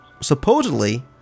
supposedly